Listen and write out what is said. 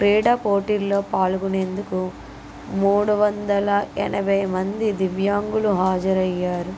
క్రీడ పోటీల్లో పాలుగునేందుకు మూడువందల ఎనభై మంది దివ్యాంగులు హాజరు అయ్యారు